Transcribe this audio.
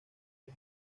los